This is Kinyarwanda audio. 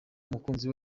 umukunzi